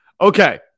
Okay